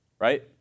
right